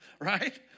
right